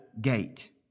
gate